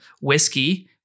whiskey